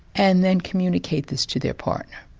and then communicate this to their partner.